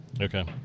okay